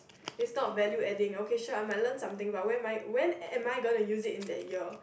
is not value adding okay sure I might learn something but when my when am I going to use it in that year